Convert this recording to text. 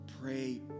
pray